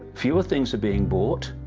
fewer things are being bought.